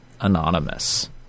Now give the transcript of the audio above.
anonymous